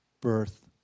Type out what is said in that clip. birth